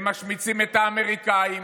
הם משמיצים את האמריקאים,